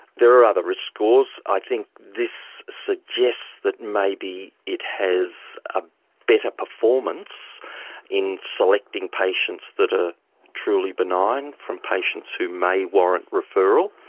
there are other risk scores. i think this suggests that maybe it has a better performance in selecting patients that are truly benign from patients who may warrant referral.